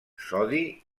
sodi